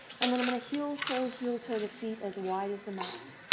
and then i'm going to heel toe, heel-toe the feet as wide as the mat.